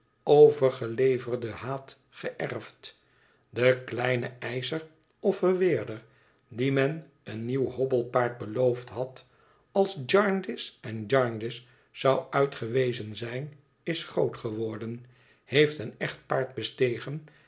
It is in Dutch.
overgeleverden haat geërfd de kleine eischer of verweerder dien men een nieuw hobbelpaard beloofd had als jarndyce en jarndyce zou uitgewezen zijn is groot geworden heeft een echt paard bestegen